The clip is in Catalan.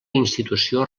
institució